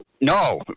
No